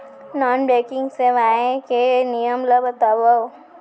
Non banking सेवाएं के नियम ला बतावव?